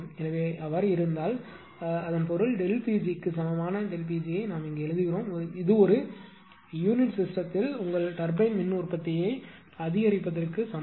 எனவே அது இருந்தால் இதன் பொருள் Pg க்கு சமமான ΔP g ஐ எழுதுகிறோம் இது ஒரு யூனிட் சிஸ்டத்தில் உங்கள் டர்பைன் மின் உற்பத்தியை அதிகரிப்பதற்கு சமம்